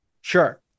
Sure